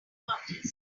parties